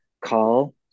call